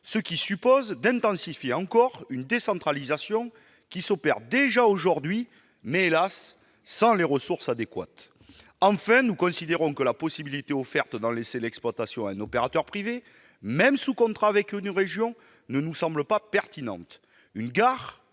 ce qui implique d'intensifier encore une décentralisation qui s'opère déjà aujourd'hui, mais, hélas ! sans les ressources adéquates. Enfin, ouvrir la possibilité de confier l'exploitation des gares à un opérateur privé, même sous contrat avec une région, ne nous semble pas pertinent. Une gare,